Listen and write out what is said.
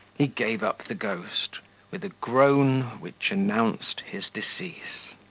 he gave up the ghost with a groan which announced his decease.